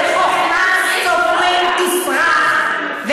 וחוכמת סופרים תסרח,